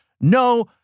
no